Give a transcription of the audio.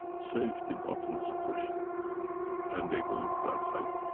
safety button is pushed and they go into that cycle.